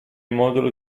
modulo